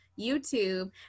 YouTube